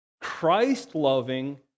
Christ-loving